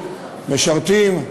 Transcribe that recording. משרתים,